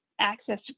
access